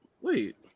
Wait